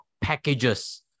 packages